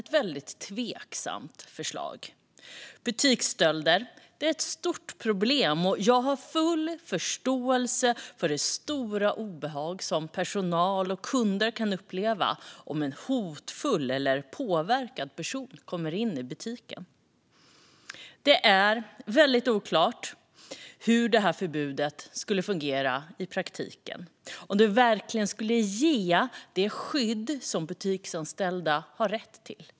Butiksstölder är ett stort problem, och jag har full förståelse för det stora obehag som personal och kunder kan uppleva om en hotfull eller påverkad person kommer in i butiken. Det är dock väldigt oklart hur det här förbudet skulle fungera i praktiken och om det verkligen skulle ge det skydd som butiksanställda har rätt till.